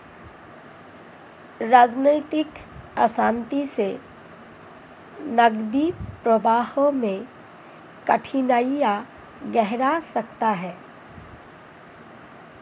राजनीतिक अशांति से नकदी प्रवाह में कठिनाइयाँ गहरा सकता है